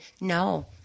no